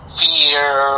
fear